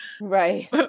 right